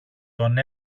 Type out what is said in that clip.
τον